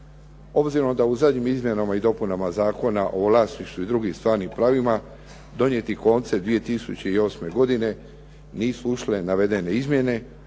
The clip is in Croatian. Obzirom da u zadnjim izmjenama i dopunama Zakona o vlasništvu i drugim stvarnim pravima donijeli koncem 2008. godine nisu ušle navedene izmjene,